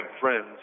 friends